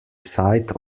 site